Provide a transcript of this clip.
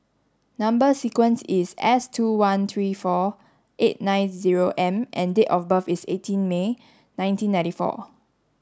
number sequence is S two one three four eight nine zero M and date of birth is eighteen May nineteen ninety four